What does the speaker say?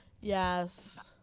Yes